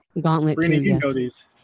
gauntlet